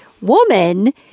woman